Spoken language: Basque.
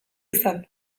izan